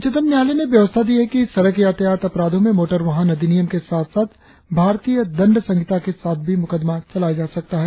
उच्चतम न्यायालय ने व्यवस्था दी है कि सड़क यातायात अपराधों में मोटर वाहन अधिनियम के साथ साथ भारतीय दंड संहिता के साथ भी मुकदमा चलाया जा सकता है